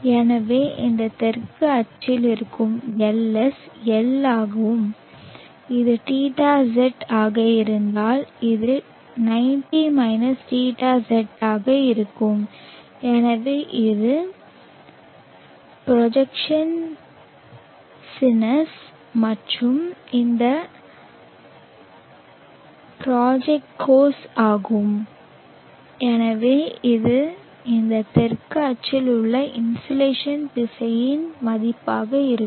எனவே இந்த தெற்கு அச்சில் இருக்கும் LS L ஆகும் இது θz ஆக இருந்தால் இது 90 θz ஆக இருக்கும் எனவே இது ப்ரொஜெக்ஷன் சினெஸ் மற்றும் இந்த ப்ராஜெக்ட் கோஸ் ஆகும் எனவே இது இந்த தெற்கு அச்சில் உள்ள இன்சோலேஷன் திசையனின் மதிப்பாக இருக்கும்